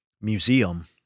museum